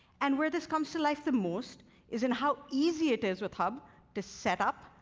and where this comes to life the most is in how easy it is with hub to set up,